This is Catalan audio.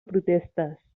protestes